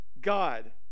God